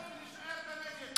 אנחנו נמשיך לבנות, ונישאר בנגב.